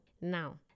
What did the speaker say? Now